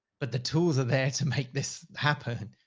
but the tools are there to make this happen.